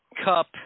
Cup